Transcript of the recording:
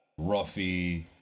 ruffy